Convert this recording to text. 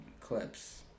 clips